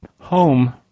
home